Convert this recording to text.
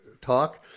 talk